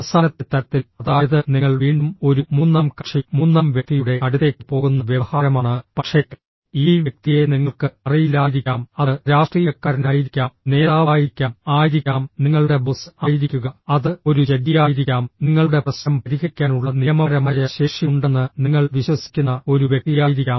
അവസാനത്തെ തരത്തിൽ അതായത് നിങ്ങൾ വീണ്ടും ഒരു മൂന്നാം കക്ഷി മൂന്നാം വ്യക്തിയുടെ അടുത്തേക്ക് പോകുന്ന വ്യവഹാരമാണ് പക്ഷേ ഈ വ്യക്തിയെ നിങ്ങൾക്ക് അറിയില്ലായിരിക്കാം അത് രാഷ്ട്രീയക്കാരനായിരിക്കാം നേതാവായിരിക്കാം ആയിരിക്കാം നിങ്ങളുടെ ബോസ് ആയിരിക്കുക അത് ഒരു ജഡ്ജിയായിരിക്കാം നിങ്ങളുടെ പ്രശ്നം പരിഹരിക്കാനുള്ള നിയമപരമായ ശേഷിയുണ്ടെന്ന് നിങ്ങൾ വിശ്വസിക്കുന്ന ഒരു വ്യക്തിയായിരിക്കാം